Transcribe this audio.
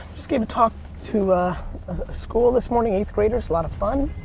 just gave a talk to a school this morning, eighth graders. lot of fun.